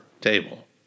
table